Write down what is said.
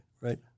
Right